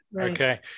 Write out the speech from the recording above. Okay